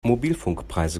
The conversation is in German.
mobilfunkpreise